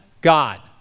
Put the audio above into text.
god